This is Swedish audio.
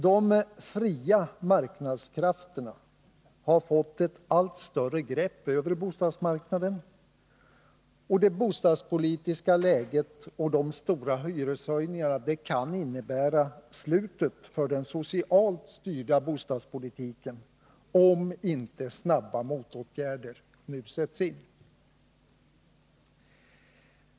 De fria marknadskrafterna har fått ett allt större grepp över bostadsmarknaden, och det bostadspolitiska läget och de stora hyreshöjningarna kan innebära slutet för den socialt styrda bostadspolitiken, om inte snara motåtgärder sätts in.